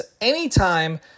anytime